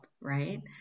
right